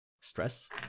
stress